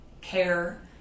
care